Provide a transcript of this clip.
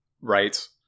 right